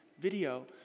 video